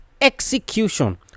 execution